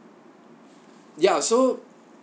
ya so